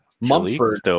Mumford